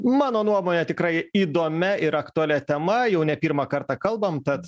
mano nuomone tikrai įdomia ir aktualia tema jau ne pirmą kartą kalbame tad